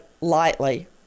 lightly